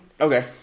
Okay